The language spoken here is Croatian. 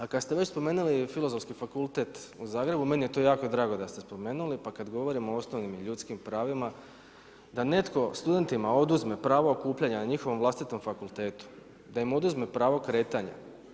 I kada ste već spomenuli Filozofski fakultet u Zagrebu, meni je to jako drago da ste to spomenuli, pa kad govorimo o osnovnim i ljudskim pravima da netko studentima oduzme pravo okupljanja na njihovom vlastitom fakultetu, da im oduzme pravo kretanja.